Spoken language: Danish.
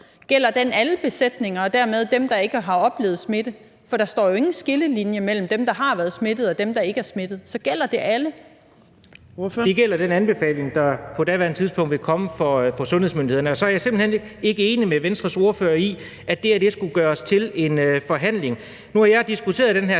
gælder alle besætninger og dermed også dem, der ikke har oplevet smitte? For der er jo ingen skillelinje mellem dem, der har været smittet, og dem, der ikke er smittet, så gælder det alle? Kl. 16:59 Fjerde næstformand (Trine Torp): Ordføreren. Kl. 16:59 Anders Kronborg (S): Det gælder den anbefaling, der på daværende tidspunkt kom fra sundhedsmyndighedernes side. Så er jeg simpelt hen ikke enig med Venstres ordfører i, at det her skulle gøres til en forhandling. Nu har jeg diskuteret den her